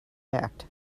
act